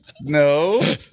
No